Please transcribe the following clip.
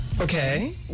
Okay